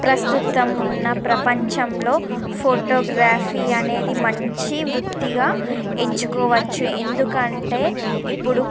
ప్రస్తుతం ఉన్న ప్రపంచంలో ఫోటోగ్రఫీ అనేది మంచి వృత్తిగా ఎంచుకోవచ్చు ఎందుకంటే ఇప్పుడు